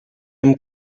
amb